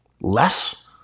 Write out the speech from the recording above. less